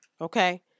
Okay